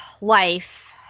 life